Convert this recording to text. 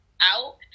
out